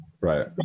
Right